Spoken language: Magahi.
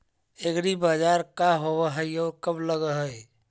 एग्रीबाजार का होब हइ और कब लग है?